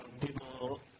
people